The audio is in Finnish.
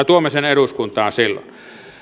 tuomme sen eduskuntaan silloin